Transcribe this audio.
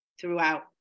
throughout